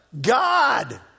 God